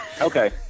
okay